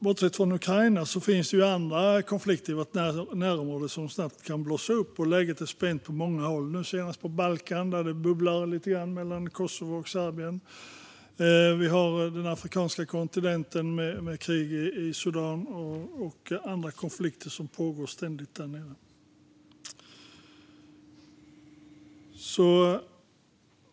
Bortsett från kriget i Ukraina finns det andra konflikter i vårt närområde som snabbt kan blossa upp. Läget är spänt på många håll, nu senast på Balkan där det bubblar lite grann mellan Kosovo och Serbien. Vi har den afrikanska kontinenten, med krig i Sudan och andra konflikter som ständigt pågår.